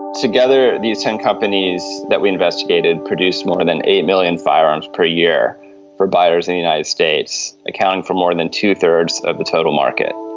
together the ten companies that we investigated produce more than eight million firearms per year for buyers in the united states, accounting for more than two-thirds of the total market,